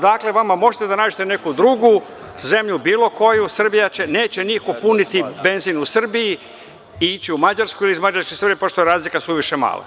Da li možete da nađete neku drugu zemlju, bilo koju, neće niko puniti benzin u Srbiji i ići u Mađarsku i iz Mađarske u Srbiju pošto je razlika suviše mala.